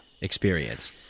experience